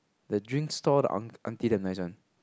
the drink stall the unc~ auntie damn nice one